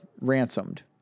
ransomed